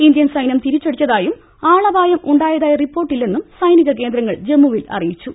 Indian സൈന്യം തിരിച്ചടിച്ചതായും ആളപായം ഉണ്ടാ യതായി റിപ്പോർട്ടില്ലെന്നും സൈനിക കേന്ദ്രങ്ങൾ ജമ്മുവിൽ അറി യിച്ചു